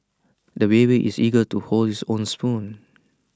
the baby is eager to hold his own spoon